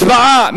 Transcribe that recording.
הצבעה.